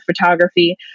photography